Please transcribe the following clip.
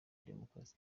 demokarasi